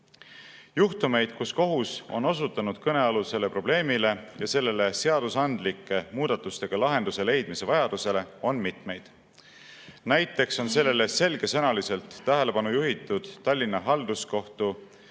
Juhtumeid, kus kohus on osutanud kõnealusele probleemile ja sellele seadusandlike muudatustega lahenduse leidmise vajadusele, on mitmeid. Näiteks on sellele selgesõnaliselt tähelepanu juhitud Tallinna Halduskohtu